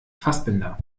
fassbinder